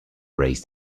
raised